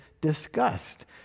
disgust